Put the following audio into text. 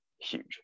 huge